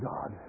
God